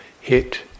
hit